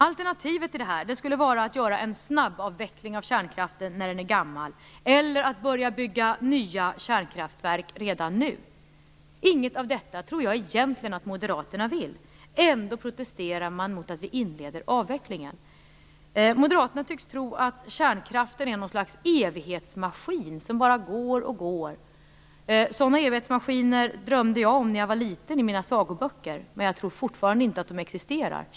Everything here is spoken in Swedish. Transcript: Alternativet till detta skulle vara att göra en snabbavveckling av kärnkraften när den är gammal eller att börja bygga nya kärnkraftverk redan nu. Inget av detta tror jag egentligen att moderaterna vill. Ändå protesterar man mot att vi inleder avvecklingen. Moderaterna tycks tro att kärnkraften är ett slags evighetsmaskin som bara går och går. Sådana evighetsmaskiner drömde jag om när jag var liten och läste sagoböcker, men jag tror fortfarande inte att de existerar.